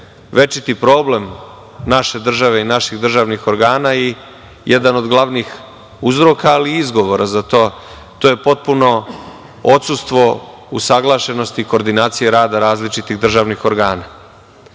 večiti problem naše države i naših državnih organa i jedan od glavnih uzroka, ali i izgovora za to, a to je potpuno odsustvo usaglašenosti koordinacije rada različitih državnih organa. Dakle,